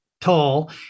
tall